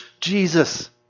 Jesus